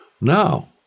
Now